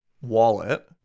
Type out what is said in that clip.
wallet